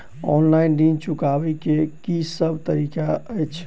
Online ऋण चुकाबै केँ की सब तरीका अछि?